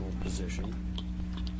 position